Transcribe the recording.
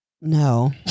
No